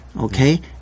Okay